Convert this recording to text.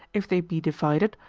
if they be divided,